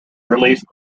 released